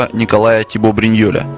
ah nikolai thibeaux-brignolles,